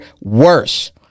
worse